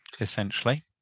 essentially